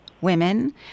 women